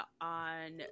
on